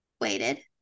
waited